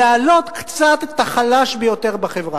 להעלות קצת את החלש ביותר בחברה.